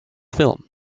film